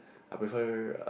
I prefer